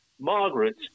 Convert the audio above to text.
Margaret